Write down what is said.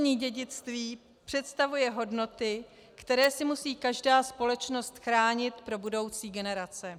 Kulturní dědictví představuje hodnoty, které si musí každá společnost chránit pro budoucí generace.